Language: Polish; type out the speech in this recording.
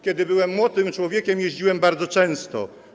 Kiedy byłem młodym człowiekiem, jeździłem bardzo często.